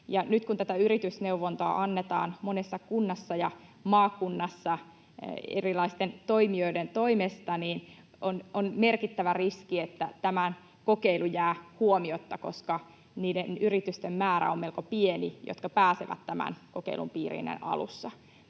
nyt kun tätä yritysneuvontaa annetaan monessa kunnassa ja maakunnassa erilaisten toimijoiden toimesta, niin on merkittävä riski, että tämä kokeilu jää huomiotta, koska niiden yritysten määrä on melko pieni, jotka pääsevät tämän kokeilun piiriin näin alussa.